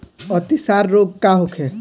अतिसार रोग का होखे?